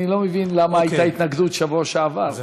אני לא מבין למה הייתה ההתנגדות בשבוע שעבר,